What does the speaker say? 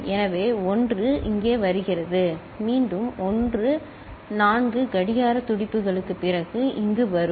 எனவே 1 இங்கே வருகிறது மீண்டும் 1 4 கடிகார துடிப்புகளுக்குப் பிறகு இங்கு வரும் சரி